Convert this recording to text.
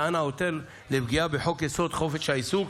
טען העותר לפגיעה שלא כדין בחוק-יסוד: חופש העיסוק,